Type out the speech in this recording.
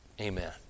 Amen